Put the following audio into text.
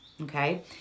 okay